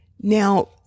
Now